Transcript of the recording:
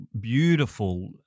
beautiful